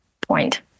point